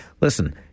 Listen